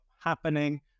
happening